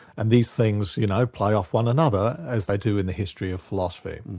and these things you know play off one another, as they do in the history of philosophy.